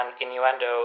innuendo